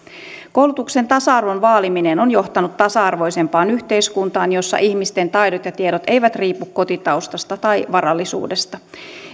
koulutuksen tasa arvon vaaliminen on johtanut tasa arvoisempaan yhteiskuntaan jossa ihmisten taidot ja tiedot eivät riipu kotitaustasta tai varallisuudesta